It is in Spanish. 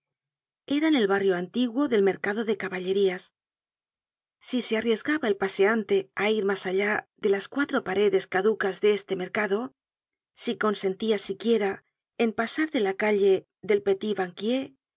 eran el barrio antiguo del mercado de caballerías si se arriesgaba el paseante á ir mas allá de las cuatro paredes caducas de este mercado si consentia siquiera en pasar de la calle del